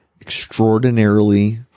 extraordinarily